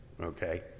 Okay